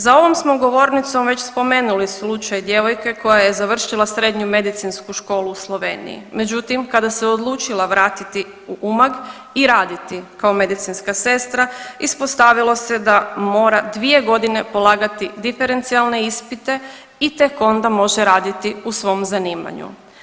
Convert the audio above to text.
Za ovom smo govornicom već spomenuli slučaj djevojke koja je završila srednju medicinsku školu u Sloveniji, međutim kada se odlučila vratiti u Umag i raditi kao medicinska sestra ispostavilo se da mora dvije godine polagati diferencijalne ispite i tek onda može raditi u svom zanimanju.